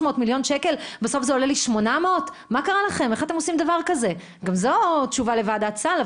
מיליון שקל ובסוף זה עולה לי 800. גם זו תשובה לוועדת סל,